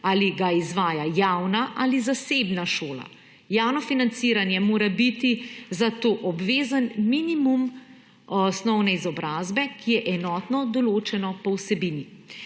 ali ga izvaja javna ali zasebna šola. Javno financiranje mora biti zato obvezen minimum osnovne izobrazbe, ki je enotno določeno po vsebini.